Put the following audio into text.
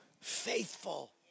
faithful